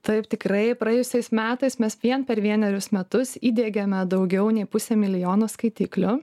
taip tikrai praėjusiais metais mes vien per vienerius metus įdiegėme daugiau nei pusę milijono skaitiklių